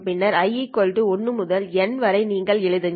பின்னர் i 1 முதல் N வரை நீங்கள் எழுதுங்கள்